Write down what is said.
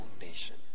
nation